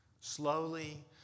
slowly